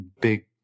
big